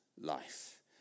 life